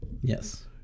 Yes